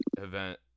event